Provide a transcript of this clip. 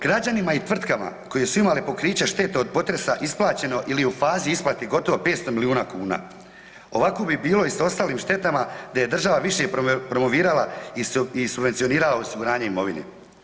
Građanima i tvrtkama koje su imale pokriće štete od potresa isplaćeno ili u fazi isplate gotovo 500 milijuna kuna, ovako bi bilo i sa ostalim štetama da je država više promovirala i subvencionirala osiguranje imovine.